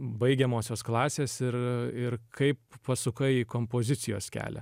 baigiamosios klasės ir ir kaip pasukai į kompozicijos kelią